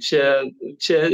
čia čia